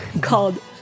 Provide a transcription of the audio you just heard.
Called